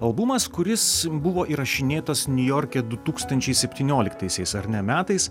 albumas kuris buvo įrašinėtas niujorke du tūkstančiai septynioliktaisiais ar ne metais